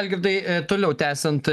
algirdai toliau tęsiant